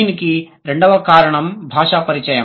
దీనికి రెండవ కారణం భాషా పరిచయం